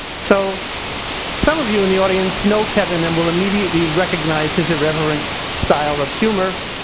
so some of you in the audience know kevin and will immediately recognize his irreverent style of humor,